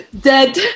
dead